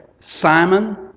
Simon